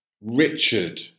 Richard